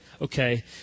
Okay